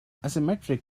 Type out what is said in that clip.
asymmetric